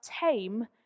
tame